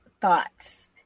thoughts